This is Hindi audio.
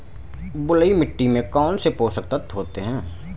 बलुई मिट्टी में कौनसे पोषक तत्व होते हैं?